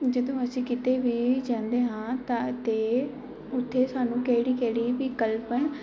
ਜਦੋਂ ਅਸੀਂ ਕਿਤੇ ਵੀ ਜਾਂਦੇ ਹਾਂ ਤਾਂ ਅਤੇ ਉੱਥੇ ਸਾਨੂੰ ਕਿਹੜੀ ਕਿਹੜੀ ਵਿਕਲਪ